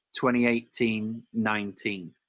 2018-19